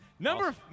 Number